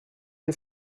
che